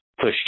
push